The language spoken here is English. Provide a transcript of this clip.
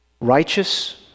Righteous